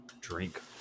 drink